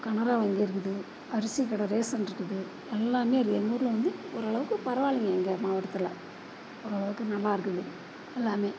கனரா வங்கி இருக்குது அரிசி கடை ரேஸன் இருக்குது எல்லாம் இருக்குது எங்கள் ஊரில் வந்து ஓரளவுக்கு பரவாயில்லைங்க எங்கள் மாவட்டத்தில் அவ்வளோக்கும் நல்லா இருக்குது எல்லாம்